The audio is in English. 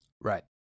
Right